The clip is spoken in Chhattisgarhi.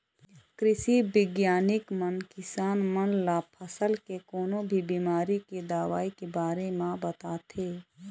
कृषि बिग्यानिक मन किसान मन ल फसल के कोनो भी बिमारी के दवई के बारे म बताथे